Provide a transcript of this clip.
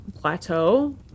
plateau